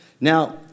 Now